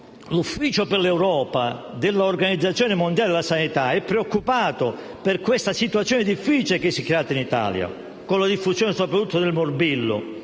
L'ufficio per l'Europa dell'Organizzazione mondiale della sanità è preoccupato per la situazione difficile che si è creata in Italia, con la diffusione soprattutto del morbillo